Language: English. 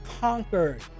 conquered